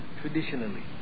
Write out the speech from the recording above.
traditionally